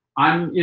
i'm, you